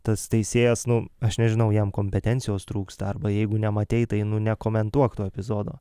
tas teisėjas nu aš nežinau jam kompetencijos trūksta arba jeigu nematei tai nu nekomentuok to epizodo